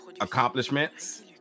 accomplishments